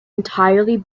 entirely